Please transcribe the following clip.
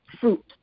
fruit